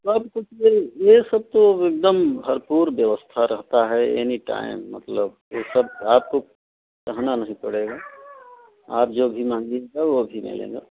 सब कुछ भी यह है सब तो एक दम भरपूर व्यवस्था रहतइ है एनी टाइम मतलब सब आपको कहना नहीं पड़ेगा आप जो भी माँगोगे वह भी मिलेगा